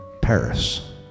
Paris